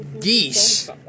geese